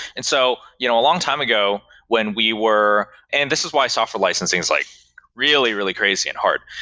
and so you know a long time ago, when we were and this is why software licensing is like really, really crazy and hard.